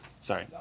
sorry